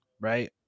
Right